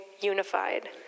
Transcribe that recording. unified